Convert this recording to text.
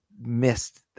missed